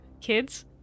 Kids